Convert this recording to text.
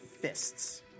fists